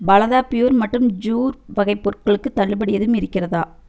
பலதா pure மற்றும் sure வகை பொருள்களுக்கு தள்ளுபடி எதுவும் இருக்கிறதா